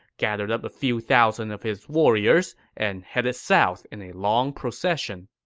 gathered up a few thousand of his warriors, and headed south in a long procession